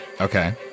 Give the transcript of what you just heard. Okay